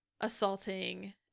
assaulting